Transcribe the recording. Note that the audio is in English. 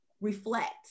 reflect